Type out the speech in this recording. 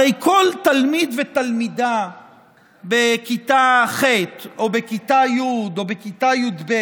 הרי כל תלמיד ותלמידה בכיתה ח' או בכיתה י' או בכיתה י"ב,